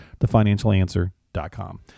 TheFinancialAnswer.com